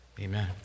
amen